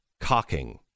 cocking